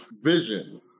vision